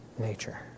Nature